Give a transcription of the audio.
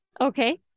okay